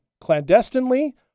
clandestinely